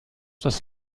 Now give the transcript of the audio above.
das